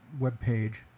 webpage